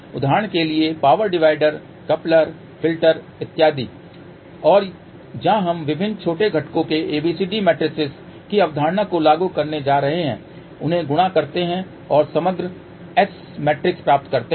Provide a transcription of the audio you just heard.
उदाहरण के लिए पावर डिवाइडर कपलर फिल्टर इत्यादि और जहां हम विभिन्न छोटे घटकों के ABCD मैट्रिसेस की अवधारणा को लागू करने जा रहे हैं उन्हें गुणा करते हैं और समग्र S मैट्रिक्स प्राप्त करते हैं